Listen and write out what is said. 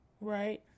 right